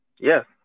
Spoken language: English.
yes